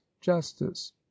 justice